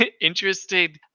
interesting